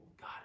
God